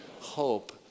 hope